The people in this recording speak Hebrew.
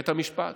בית המשפט.